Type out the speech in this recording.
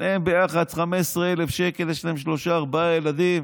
שניהם ביחד 15,000 שקל, יש להם שלושה-ארבעה ילדים,